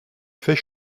fait